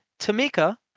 Tamika